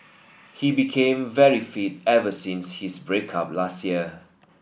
he became very fit ever since his break up last year